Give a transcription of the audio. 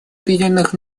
объединенных